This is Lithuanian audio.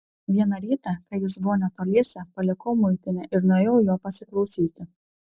vieną rytą kai jis buvo netoliese palikau muitinę ir nuėjau jo pasiklausyti